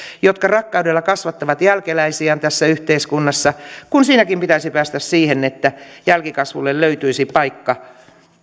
jotka rakkaudella kasvattavat jälkeläisiään tässä yhteiskunnassa kun siinäkin pitäisi päästä siihen että jälkikasvulle löytyisi paikka